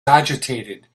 agitated